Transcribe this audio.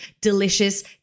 delicious